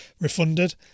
refunded